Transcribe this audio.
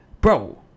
bro